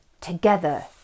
together